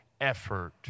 effort